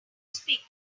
speak